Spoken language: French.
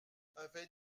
avait